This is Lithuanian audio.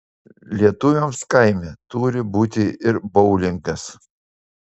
lietuviams kaime turi būti ir boulingas